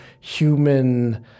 human